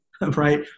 right